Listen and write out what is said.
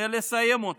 וזה לסיים אותו.